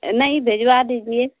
नहीं भिजवा दीजिए